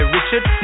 Richard